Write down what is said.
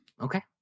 Okay